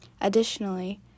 Additionally